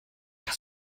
das